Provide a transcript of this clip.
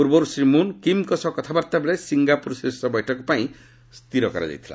ପୂର୍ବରୁ ଶ୍ରୀ ମୁନ୍ କିମ୍ଙ୍କ ସହ କଥାବାର୍ତ୍ତା ବେଳେ ସିଙ୍ଗାପୁର ଶୀର୍ଷ ବୈଠକ ପାଇଁ ସ୍ଥିର କରାଯାଇଥିଲା